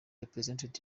represented